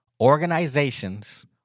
organizations